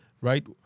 right